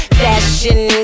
fashion